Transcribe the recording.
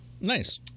Nice